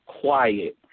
Quiet